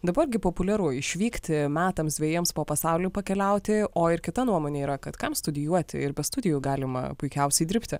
dabar gi populiaru išvykti metams dvejiems po pasaulį pakeliauti o ir kita nuomonė yra kad kam studijuoti ir be studijų galima puikiausiai dirbti